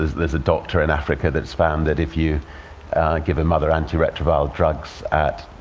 there's there's a doctor in africa that's found that if you give a mother antiretroviral drugs at